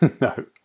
No